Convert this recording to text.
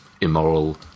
immoral